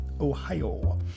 Ohio